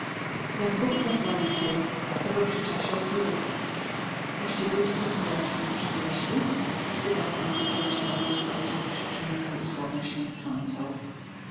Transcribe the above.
jak bóg pozwoli kie to go przy casie odwiedzę toście dudków nijakich nie przywieźli spytał w końcu człeczyna który cały czas przydrzymywał i słowem się nie wtrącał